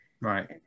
right